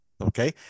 Okay